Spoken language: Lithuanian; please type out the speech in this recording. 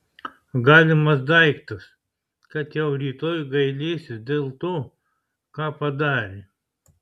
galimas daiktas kad jau rytoj gailėsis dėl to ką padarė